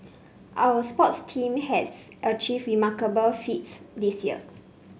our sports teams have achieved remarkable feats this year